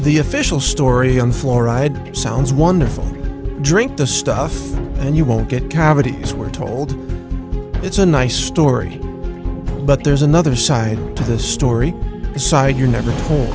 the official story on fluoride sounds wonderful drink the stuff and you won't get cavities we're told it's a nice story but there's another side to this story aside you're never